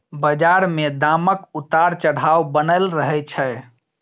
बजार मे दामक उतार चढ़ाव बनलै रहय छै